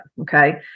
Okay